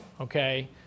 okay